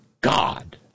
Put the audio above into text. God